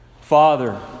Father